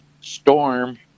storm